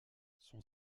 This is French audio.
son